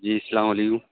جی السلام علیکم